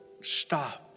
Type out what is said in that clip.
stop